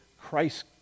Christ